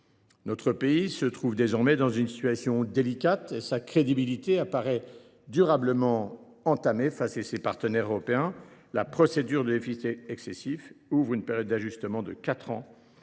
Notre pays se trouve désormais dans une situation délicate et sa crédibilité apparaît durablement entamée face à ses partenaires européens. La procédure de déficit excessif ouvre une période d’ajustement de quatre